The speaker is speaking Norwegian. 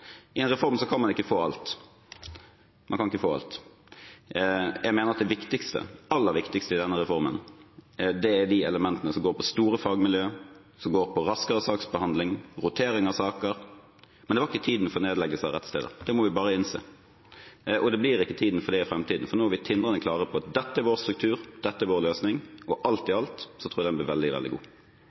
aller viktigste med denne reformen er de elementene som går på store fagmiljøer, som går på raskere saksbehandling, som går på rotering av saker. Men det var ikke tiden for nedleggelser av rettssteder. Det må vi bare innse. Og det blir ikke tiden for det i framtiden, for nå er vi tindrende klare på at dette er vår struktur, dette er vår løsning, og alt i alt tror jeg den blir veldig, veldig god.